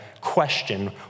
question